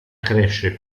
cresce